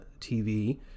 tv